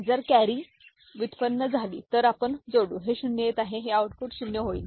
जर कॅरी व्युत्पन्न झाली तर आपण जोडू हे 0 येत आहे हे आऊटपुट 0 होईल